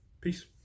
Peace